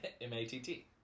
M-A-T-T